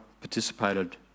participated